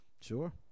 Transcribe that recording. Sure